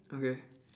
okay